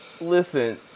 Listen